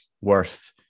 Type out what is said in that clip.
worth